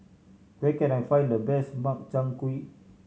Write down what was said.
where can I find the best Makchang Gui